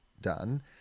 done